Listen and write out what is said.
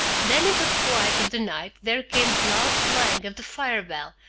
then into the quiet of the night there came the loud clang of the fire-bell,